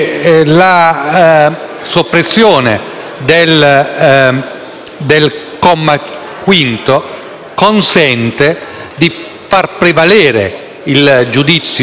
del comma 5 consentirebbe di far prevalere il giudizio informato, oggettivamente